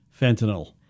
fentanyl